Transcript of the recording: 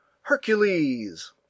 Hercules